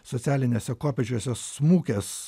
socialinėse kopėčiose smukęs